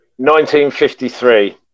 1953